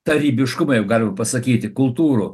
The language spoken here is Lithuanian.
tarybiškumą jeigu galima pasakyti kultūrų